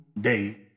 day